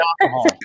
alcohol